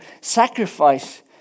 sacrifice